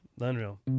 unreal